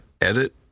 edit